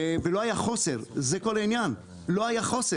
ולא היה חוסר, זה כל העניין, לא היה חוסר.